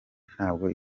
ntabwo